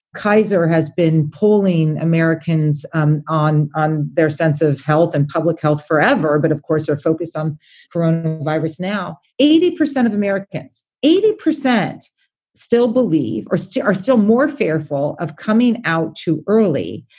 kaiser has been pulling americans um on on their sense of health and public health forever. but, of course, her focus on her own virus. now, eighty percent of americans, eighty percent still believe or two are still more fearful of coming out too early.